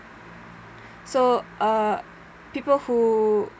so uh people who